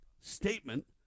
statement